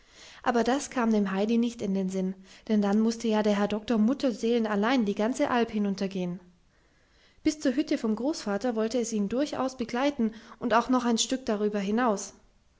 aber das kam dem heidi nicht in den sinn denn dann mußte ja der herr doktor mutterseelenallein die ganze alp hinuntergehen bis zur hütte vom großvater wollte es ihn durchaus begleiten und auch noch ein stück darüber hinaus